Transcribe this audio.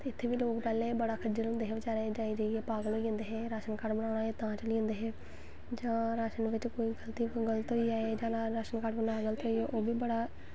इत्थें बी पैह्लें लोग बड़ा खज्जल होंदे हे जाई जाइयै पागल होई जंदे हे राशन कार्ड़ बनाना होऐ तां चली जंदे हे जां राशन बिच्च कोई गल्त होई जाए राशन कार्ड़ बनाना पवै ओह् बी बड़ा